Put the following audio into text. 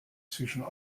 zwischen